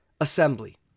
assembly